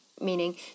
meaning